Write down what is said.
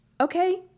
okay